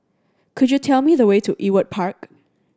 could you tell me the way to Ewart Park